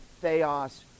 theos